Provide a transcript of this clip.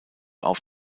auf